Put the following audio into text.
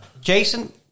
Jason